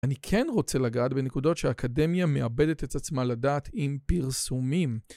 אני כן רוצה לגעת בנקודות שהאקדמיה מאבדת את עצמה לדעת עם פרסומים.